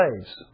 slaves